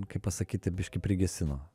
kaip pasakyti biški prigesino